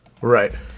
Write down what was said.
Right